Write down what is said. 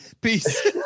peace